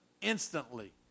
instantly